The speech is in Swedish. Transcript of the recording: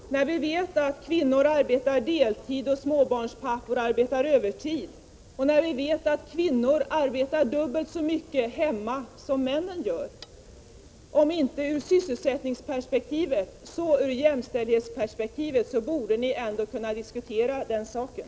Kvinnor arbetar deltid, och småbarnspappor arbetar övertid. Kvinnor arbetar dubbelt så mycket hemma som männen gör. Om inte ur sysselsättningsperspektiv så ur jämställdhetsperspektiv borde ni kunna diskutera den saken.